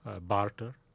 barter